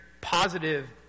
positive